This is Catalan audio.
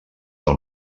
del